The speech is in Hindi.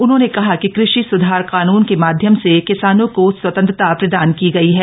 उन्होंने कहा कि कृषि सुधार कानून के माध्यम से किसानों को स्वतंत्रता प्रदान की गयी है